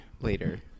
later